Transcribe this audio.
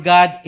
God